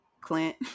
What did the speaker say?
Clint